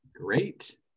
Great